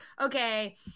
okay